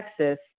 Texas